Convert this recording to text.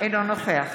אינו נוכח